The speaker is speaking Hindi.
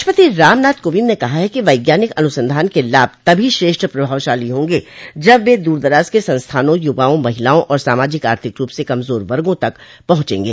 राष्ट्रपति रामनाथ कोविंद ने कहा है कि वैज्ञानिक अनुसंधान के लाभ तभी श्रेष्ठ प्रभावशाली होंगे जब वे दूरदराज के संस्थानों युवाओं महिलाओं और सामाजिक आर्थिक रूप से कमजोर वर्गों तक पहुंचेंगे